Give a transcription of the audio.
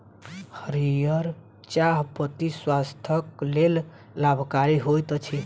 हरीयर चाह पत्ती स्वास्थ्यक लेल लाभकारी होइत अछि